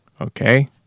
Okay